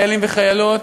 חיילים וחיילות,